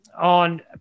on